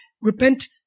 Repent